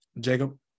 Jacob